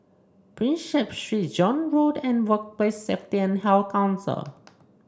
Prinsep Street Zion Road and Workplace Safety and Health Council